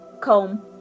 Comb